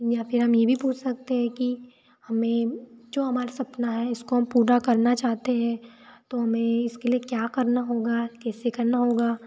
या फिर हम ये भी पूछ सकते हैं कि हमें जो हमारा सपना है इसको हम पूरा करना चाहते हैं तो हमें इसके लिए क्या करना होगा कैसे करना होगा